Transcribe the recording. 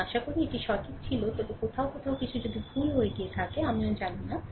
আমি আশা করি এটি সঠিক ছিল তবে কোথাও কোথাও কিছু হয়েছে কিছু ভুল হয়ে গেছে আমি জানি না